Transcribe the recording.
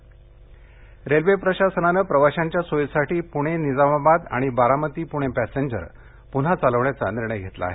railway railway प्रशासनानं प्रवाशांच्या सोयीसाठी प्णे निजामाबाद आणि बारामती प्णे पॅसेंजर प्न्हा चालवण्याचा निर्णय घेतला आहे